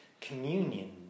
communion